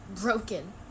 broken